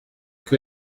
que